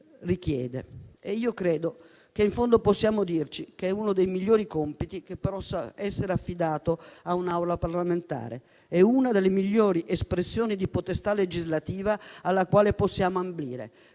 Credo che in fondo possiamo dirci che questo è uno dei migliori compiti che può essere affidato a un'Aula parlamentare. È una delle migliori espressioni di potestà legislativa alla quale possiamo ambire